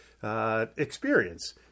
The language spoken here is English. Experience